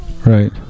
Right